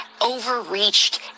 overreached